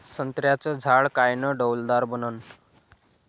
संत्र्याचं झाड कायनं डौलदार बनन?